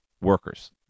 workers